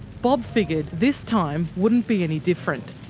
bob figured this time wouldn't be any different.